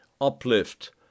uplift